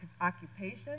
occupation